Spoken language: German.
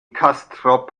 castrop